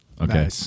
Okay